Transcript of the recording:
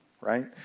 right